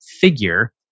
figure